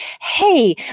Hey